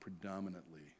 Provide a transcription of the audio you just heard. predominantly